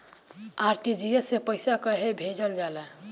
RTGS से पइसा कहे भेजल जाला?